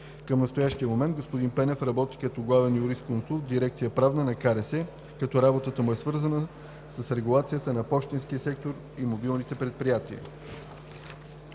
Към настоящия момент господин Пенев работи като главен юрисконсулт в дирекция „Правна“ на КРС, като работата му е свързана с регулацията на пощенския сектор и мобилните предприятия.